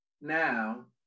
Now